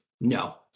No